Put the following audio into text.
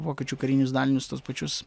vokiečių karinius dalinius tuos pačius